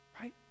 Right